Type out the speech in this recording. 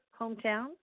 hometown